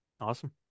Awesome